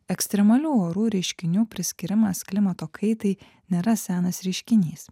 ekstremalių orų reiškinių priskyrimas klimato kaitai nėra senas reiškinys